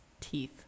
teeth